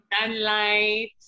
sunlight